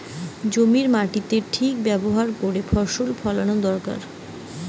জমির মাটির ঠিক ব্যাভার কোরে ফসল ফোলানো দোরকার